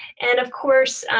and of course,